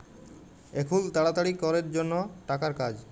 এখুল তাড়াতাড়ি ক্যরের জনহ টাকার কাজ